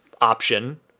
option